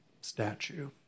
statue